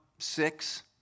Six